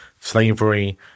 slavery